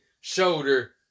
shoulder